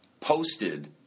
posted